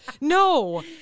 No